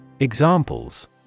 Examples